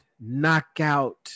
knockout